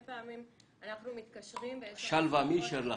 את המסגרת שלווה מי אישר לך?